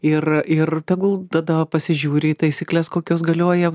ir ir tegul tada pasižiūri į taisykles kokios galioja